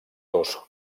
dos